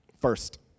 First